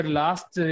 last